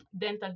dental